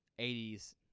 80s